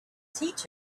teach